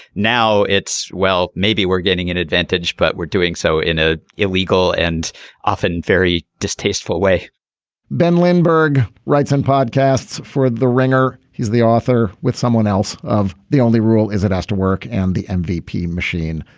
now it's well maybe we're getting an advantage but we're doing so in a illegal and often very distasteful way ben lindbergh writes in podcasts for the ringer. he's the author with someone else of the only rule is it has to work and the mvp machine.